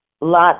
lot